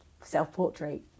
self-portrait